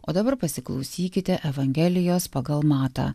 o dabar pasiklausykite evangelijos pagal matą